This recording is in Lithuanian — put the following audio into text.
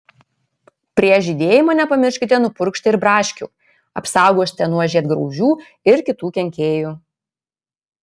prieš žydėjimą nepamirškite nupurkšti ir braškių apsaugosite nuo žiedgraužių ir kitų kenkėjų